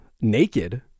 naked